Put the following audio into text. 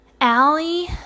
Allie